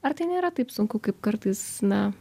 ar tai nėra taip sunku kaip kartais na